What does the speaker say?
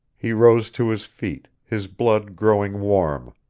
he rose to his feet, his blood growing warm,